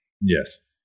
Yes